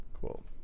Cool